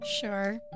sure